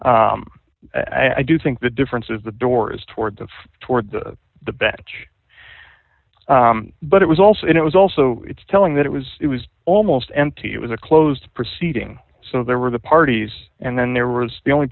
i do think the difference is the door is toward the toward the bench but it was also it was also it's telling that it was it was almost empty it was a closed proceeding so there were the parties and then there was the only